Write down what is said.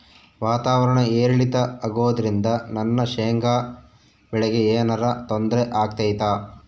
ವಾತಾವರಣ ಏರಿಳಿತ ಅಗೋದ್ರಿಂದ ನನ್ನ ಶೇಂಗಾ ಬೆಳೆಗೆ ಏನರ ತೊಂದ್ರೆ ಆಗ್ತೈತಾ?